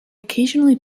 occasionally